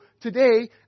today